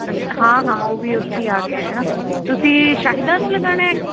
ਹਾਂ ਹਾਂ ਉਹ ਵੀ ਉੱਥੇ ਹੀ ਆ ਗਿਆ ਆ ਤੁਸੀਂ ਸ਼ਾਹਿਦਾ ਨੂੰ ਲਗਾਉਣਾ